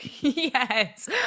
Yes